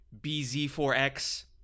BZ4X